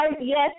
yes